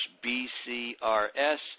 B-C-R-S